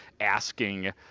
asking